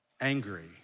angry